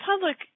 public